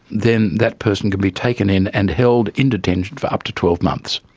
then that person can be taken in and held in detention for up to twelve months.